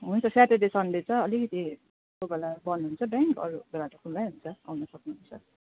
हुन्छ Saturday Sunday त अलिकति कोही बेला बन्द हुन्छ ब्याङ्क अरू बेला त खुल्लै हुन्छ आउन सक्नुहुन्छ